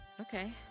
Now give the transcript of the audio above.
Okay